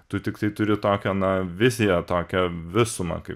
tu tiktai turi tokią na viziją tokią visumą kaip